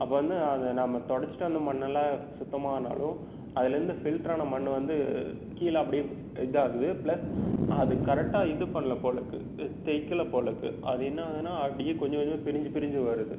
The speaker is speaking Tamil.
அப்போது வந்து அதை நம்ம துடச்சிட்டோம் அந்த மண்ணெல்லாம் சுத்தமானாலும் அதிலேருந்து ஃபில்ட்ரான மண் வந்து கீழே அப்படியே இதாகுது ப்ளஸ் அது கரெக்டாக இது பண்ணல போல் இருக்குது தைக்கலை போல் இருக்குது அது என்ன ஆகுதுன்னால் அப்படியே கொஞ்சம் கொஞ்சமாக பிரிஞ்சு பிரிஞ்சு வருது